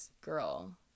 girl